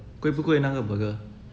贵不贵那个 burger